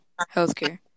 healthcare